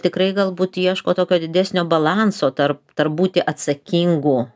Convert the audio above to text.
tikrai galbūt ieško tokio didesnio balanso tarp būti atsakingu